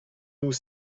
nous